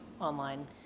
online